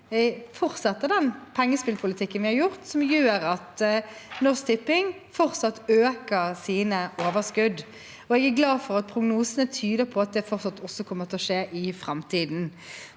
vi fortsetter den pengespillpolitikken vi har, som gjør at Norsk Tipping fortsatt øker sine overskudd. Jeg er glad for at prognosene tyder på at det også kommer til å skje i framtiden.